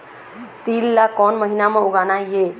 तील ला कोन महीना म उगाना ये?